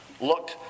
Look